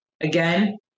Again